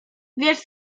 wiesz